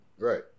Right